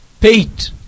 Pete